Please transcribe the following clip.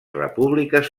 repúbliques